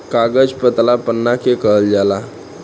कागज पतला पन्ना के कहल जाला